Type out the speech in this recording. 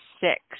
six